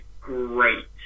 great